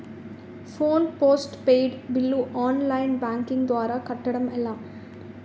Phone postpaid bill online banking ద్వారా కట్టడం ఎలా?